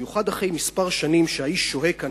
במיוחד אחרי כמה שנים שהאיש שוהה כאן,